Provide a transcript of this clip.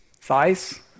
size